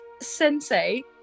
sensei